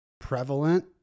prevalent